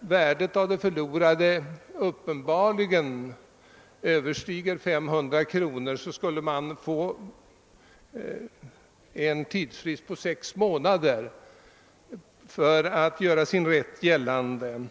värdet av det förlorade uppenbarligen överstiger 500 kr. borde ha en tidsfrist på sex månader för att göra sin rätt gällande.